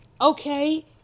okay